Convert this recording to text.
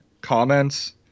comments